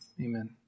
Amen